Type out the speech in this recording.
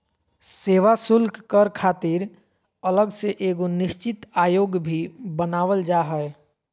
सेवा शुल्क कर खातिर अलग से एगो निश्चित आयोग भी बनावल जा हय